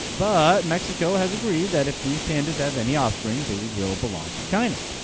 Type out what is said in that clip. ah mexico has agreed that if these pandas have any offspring, they will belong to china.